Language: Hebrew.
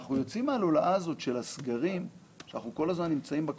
אנחנו יוצאים מהלולאה הזאת של הסגרים שאנחנו כל הזמן נמצאים בה,